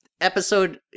episode